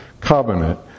covenant